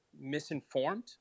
misinformed